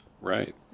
Right